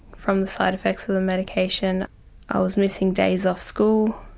from the side effects of the medication i was missing days off school,